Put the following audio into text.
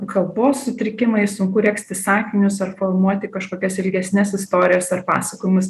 kalbos sutrikimai sunku regzti sakinius ar formuoti kažkokias ilgesnes istorijas ar pasakojimus